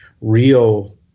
real